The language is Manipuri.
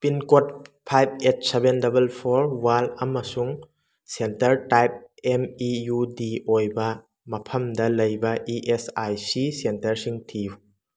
ꯄꯤꯟ ꯀꯣꯗ ꯐꯥꯏꯕ eight seven double four one ꯑꯃꯁꯨꯡ center type M U D ꯑꯣꯏꯕ ꯃꯐꯝꯗ ꯂꯩꯕ ꯏ ꯑꯦꯁ ꯑꯥꯏ ꯁꯤ ꯁꯦꯟꯇꯔꯁꯤꯡ ꯊꯤꯌꯨ